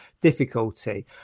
difficulty